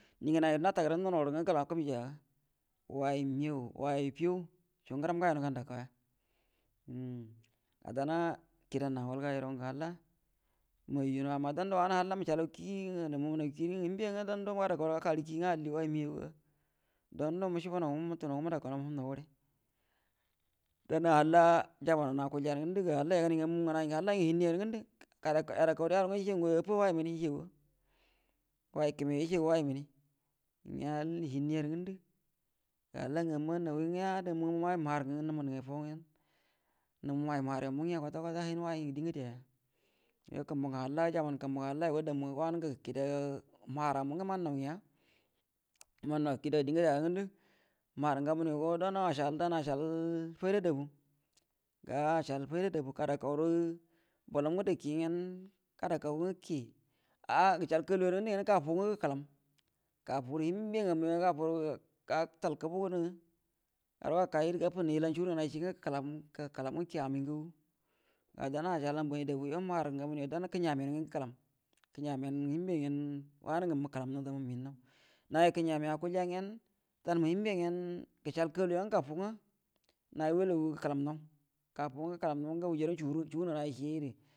Nə ngənay guəro netəgərə ngwə nənorə ngə ngəlaw kəm gəa, way məyau way fəyau co ngəram ngayo nga nədakauya uhm ganan’a kiedan awal ga yərogə hall manjuənau, amma dando wanal ha məcəallau kie gərə mumə naw kie muli hiembe ngə dando yada kau ya kagərə kie ngwə alli gə way mə yau ga danido məcəabunaw ngwə mutunau məda kau naw mhəmnaw danna halla jaban nan akulja ya rə ngənduə, ga, halla yugənay ngamu nganay gə halla gə hinnəyarə ngandə, yaakau gərə yaruə ngwə, yəce affah ngoyu way mənie yəcəaguwa way kəme way mənie ngəa ndəngo hiennə yarə ngəndu ga hala ngamma na hui mia way mahar ngə nəməgafau nəmu way mahar yu m gəa kwata kwata hin way ndie ngədə’a yuo kumbuə ngə halla jamau kumbu ngə hall yugo damma muhu go wanəgə kida mahar mu mannaw gəa mannau kida die gəd yarə ngəndu mahar ngə gamunə yugo danna ga danna’a gacəal fayda dabuə, danna’a acəal fay da dabu kada, ga dakaurə bələm gərə kie gyen ga dakau ngwə kie, ah ah gəcəal kalu yarə ngəndə gyen gaffu ngwə gəkəlam gaffurə hiembe ngamu ya gaffu gərə gattal kəbuə gərə garo ga kay gərə ga fənnə illan sugur nganeciengwə gəkəlam gəkəlam ngwə kie amay ngagu ga danna’a acəal anfari dabu dana’a kənya mion gəau gəkəlam, kənya mion muru hien be gyen wanə ngə məkəlammaw damma mhinnaw naji kənyami akuəlja gyen danmuru hienbe gyen gəcəal kalu ya gaffugwa narə welagu gəkəlamnaw, gaffu ngwə gəkəlamnaw gnwə gawajjara sugur ngnayy.